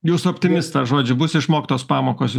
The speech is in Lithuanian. jūs optimistas žodžiu bus išmoktos pamokos